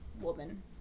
woman